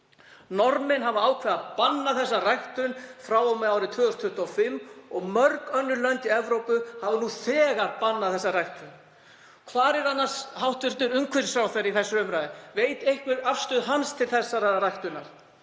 Norðmenn hafa ákveðið að banna þessa ræktun frá og með árinu 2025 og mörg önnur lönd í Evrópu hafa nú þegar bannað þessa ræktun. Hvar er annars hæstv. umhverfisráðherra í þessari umræðu? Veit einhver afstöðu hans til þessarar ræktunar?